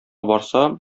барса